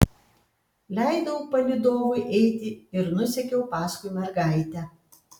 leidau palydovui eiti ir nusekiau paskui mergaitę